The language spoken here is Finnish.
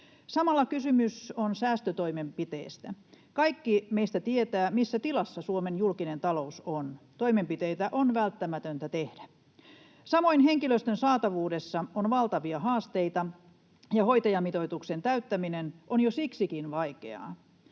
Samalla kysymys on säästötoimenpiteestä. Kaikki meistä tietävät, missä tilassa Suomen julkinen talous on. Toimenpiteitä on välttämätöntä tehdä. Samoin henkilöstön saatavuudessa on valtavia haasteita, ja hoitajamitoituksen täyttäminen on jo siksikin vaikeaa.